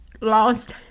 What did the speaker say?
lost